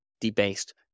debased